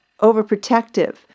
overprotective